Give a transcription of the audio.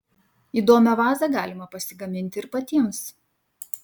įdomią vazą galima pasigaminti ir patiems